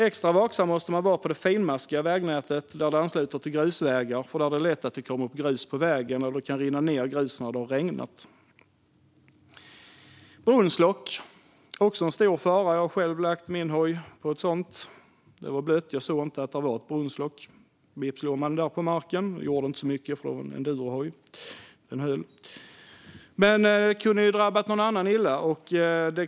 Extra vaksam måste man vara på det finmaskiga vägnätet där grusvägar ansluter, för där händer det lätt att grus kommer upp på vägen eller att grus rinner ned när det har regnat. Brunnslock är också en stor fara. Jag har själv lagt min hoj på ett sådant. Det var blött, och jag såg inte att det var ett brunnslock. Vips låg man där på marken. Det gjorde inte så mycket, för det var en endurohoj - den höll. Men det kunde ha drabbat någon annan illa.